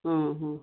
ହଁ ହଁ